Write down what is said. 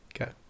okay